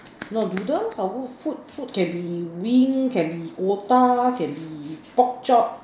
not noodle lah food food can be wings can be otah can be pork chop